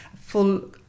full